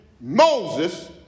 Moses